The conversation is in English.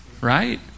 Right